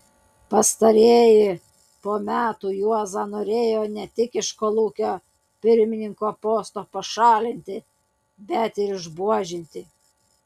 pastarieji po metų juozą norėjo ne tik iš kolūkio pirmininko posto pašalinti bet ir išbuožinti